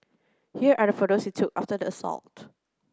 here are the photos he took after the assault